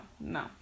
no